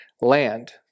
land